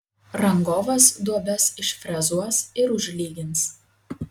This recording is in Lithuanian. rangovas duobes išfrezuos ir užlygins